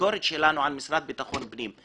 הביקורת שלנו על המשרד לביטחון פנים,